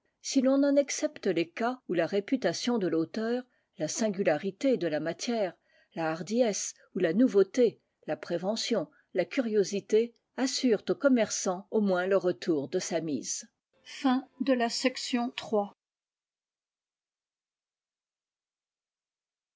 si l'on en excepte les cas où la réputation de l'auteur la singularité de la matière la hardiesse ou la nouveauté la prévention la curiosité assurent au commerçant au moins le retour de sa mise